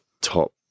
top